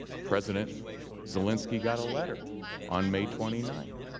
president zelensky got a letter on may twenty ninth.